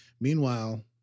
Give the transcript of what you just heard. Meanwhile